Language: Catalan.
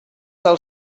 del